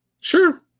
Sure